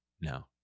No